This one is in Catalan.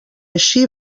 així